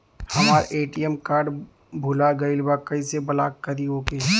हमार ATM card भूला गईल बा कईसे ब्लॉक करी ओके?